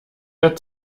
der